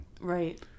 Right